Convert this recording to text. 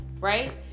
right